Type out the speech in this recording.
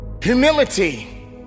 Humility